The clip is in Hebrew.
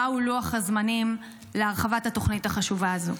2. מהו לוח הזמנים להרחבת התוכנית החשובה הזו?